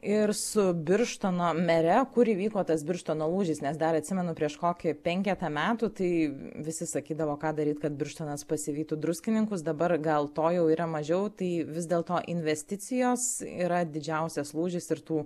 ir su birštono mere kur įvyko tas birštono lūžis nes dar atsimenu prieš kokį penketą metų tai visi sakydavo ką daryt kad birštonas pasivytų druskininkus dabar gal to jau yra mažiau tai vis dėl to investicijos yra didžiausias lūžis ir tų